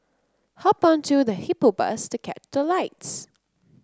hop onto the Hippo Bus to catch the lights